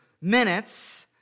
minutes